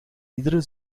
iedere